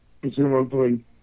presumably